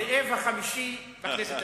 הזאב החמישי בכנסת.